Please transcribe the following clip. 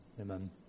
Amen